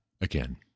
again